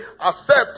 accept